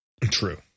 True